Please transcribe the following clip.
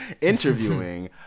interviewing